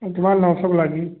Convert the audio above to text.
और तुम्हार नौ सौ लागी